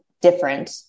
different